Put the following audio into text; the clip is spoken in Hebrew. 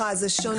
זה שונה.